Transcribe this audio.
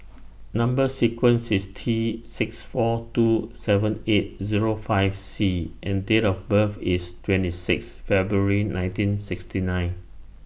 Number sequence IS T six four two seven eight Zero five C and Date of birth IS twenty six February nineteen sixty nine